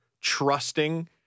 trusting